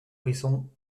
brisson